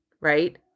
right